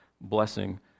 blessing